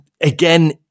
again